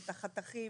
את החתכים,